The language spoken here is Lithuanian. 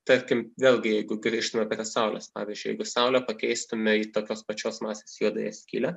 tarkim vėlgi jeigu grįžtume prie saulės pavyzdžiui jeigu saulę pakeistumėme į tokios pačios masės juodąją skylę